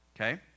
okay